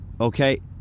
okay